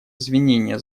извинения